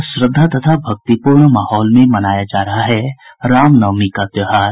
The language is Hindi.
और श्रद्धा तथा भक्तिपूर्ण माहौल में मनाया जा रहा है रामनवमी का त्योहार